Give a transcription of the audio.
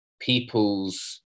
people's